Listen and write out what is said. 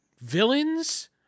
villains